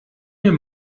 mir